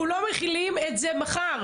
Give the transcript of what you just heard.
אנחנו לא מחילים את זה מחר,